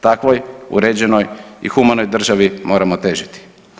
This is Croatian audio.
Takvoj uređenoj i humanoj državi moramo težiti.